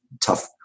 tough